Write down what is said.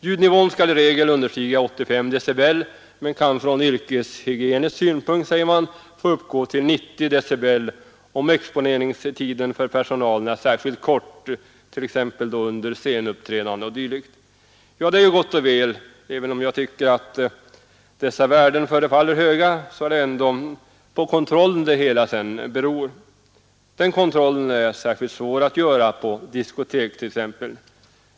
Ljudnivån skall i regel understiga 85 decibel men kan från yrkeshygienisk synpunkt få uppgå till 90 decibel, om exponeringstiden för personalen är särskilt kort, t.ex. under scenuppträdande. Ja, det är ju gott och väl; även om jag tycker att dessa värden förefaller höga så är det ju på kontrollen det hela beror. Den kontrollen är särskilt svår att göra på t.ex. diskotek.